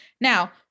Now